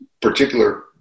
particular